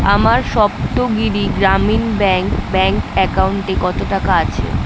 আমার Saptagiri Grameen bank bank অ্যাকাউন্টে কত টাকা আছে